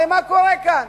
הרי מה קורה כאן?